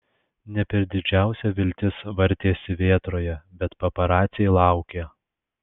ne per didžiausia viltis vartėsi vėtroje bet paparaciai laukė